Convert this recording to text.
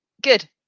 Good